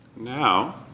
Now